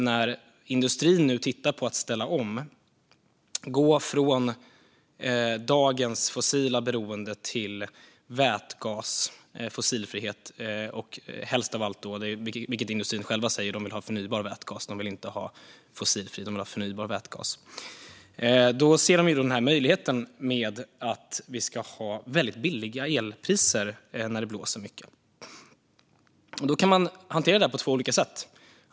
När industrin nu tittar på att ställa om och gå från dagens fossila beroende till vätgas och fossilfrihet - helst av allt vill industrin ha förnybar vätgas, inte fossilfri - ser de möjligheten att få väldigt låga elpriser när det blåser mycket. Man kan hantera detta på två olika sätt.